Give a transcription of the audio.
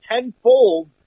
tenfold